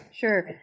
Sure